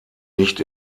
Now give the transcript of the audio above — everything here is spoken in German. nicht